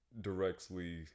directly